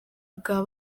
bwa